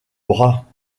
bras